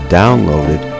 downloaded